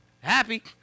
happy